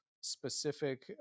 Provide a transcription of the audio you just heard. specific